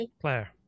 claire